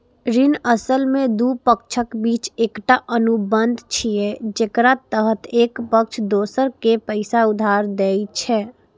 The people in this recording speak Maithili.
ऋण असल मे दू पक्षक बीच एकटा अनुबंध छियै, जेकरा तहत एक पक्ष दोसर कें पैसा उधार दै छै